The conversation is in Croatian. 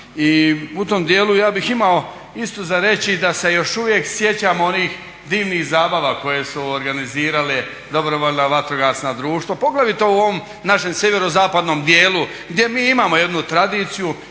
i u tom djelu ja bih imao isto za reći da se još uvijek sjećam onih divnih zabava koje su organizirala dobrovoljna vatrogasna društva, poglavito u ovom našem sjeverozapadnom djelu gdje mi imao jednu tradiciju,